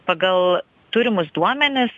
pagal turimus duomenis